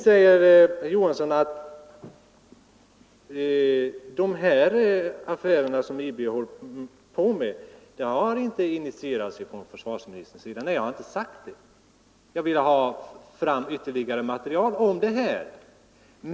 Herr Johansson säger att dessa ting som IB hållit på med inte har varit initierade av försvarsministern. Nej, jag har inte sagt det. Jag ville ha fram ytterligare material om detta.